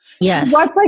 Yes